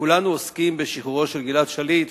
כולנו עוסקים בשחרורו של גלעד שליט,